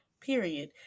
period